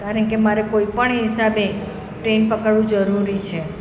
કારણ કે મારે કોઈપણ હિસાબે ટ્રેન પકડવું જરૂરી છે